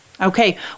Okay